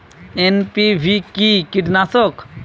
NPV কি কীটনাশক?